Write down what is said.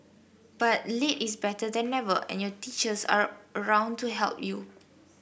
but late is better than never and your teachers are around to help you